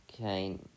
Okay